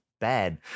bad